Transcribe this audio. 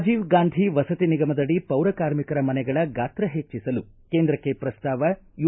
ರಾಜೀವ ಗಾಂಧಿ ವಸತಿ ನಿಗಮದಡಿ ಪೌರ ಕಾರ್ಮಿಕರ ಮನೆಗಳ ಗಾತ್ರ ಹೆಚ್ಚಸಲು ಕೇಂದ್ರಕ್ಕೆ ಪ್ರಸ್ತಾವ ಯೂ